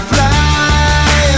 Fly